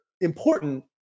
important